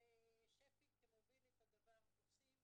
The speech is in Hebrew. ושפי כמוביל את הדבר, עושים